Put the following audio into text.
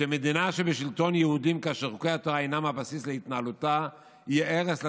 שבמדינה בשלטון יהודי שחוקי התורה אינם הבסיס להתנהלותה יהיה הרס לדת.